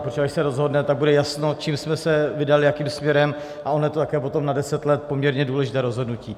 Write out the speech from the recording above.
Protože až se rozhodne, tak bude jasno, čím jsme se vydali, jakým směrem, a ono je to také potom na deset let poměrně důležité rozhodnutí.